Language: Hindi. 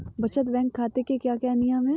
बचत बैंक खाते के क्या क्या नियम हैं?